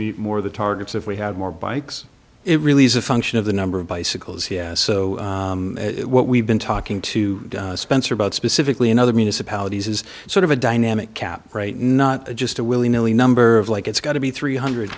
meet more of the targets if we had more bikes it really is a function of the number of bicycles so what we've been talking to spencer about specifically in other municipalities is sort of a dynamic cap right not just a willy nilly number of like it's got to be three hundred